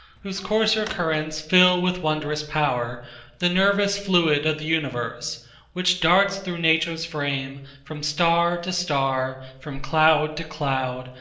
whose coarser currents fill with wondrous power the nervous fluid of the universe which darts through nature's frame, from star to star, from cloud to cloud,